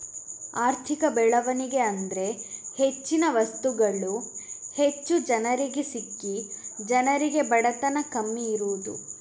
ಆರ್ಥಿಕ ಬೆಳವಣಿಗೆ ಅಂದ್ರೆ ಹೆಚ್ಚಿನ ವಸ್ತುಗಳು ಹೆಚ್ಚು ಜನರಿಗೆ ಸಿಕ್ಕಿ ಜನರಿಗೆ ಬಡತನ ಕಮ್ಮಿ ಇರುದು